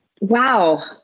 Wow